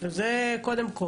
זה קודם כל.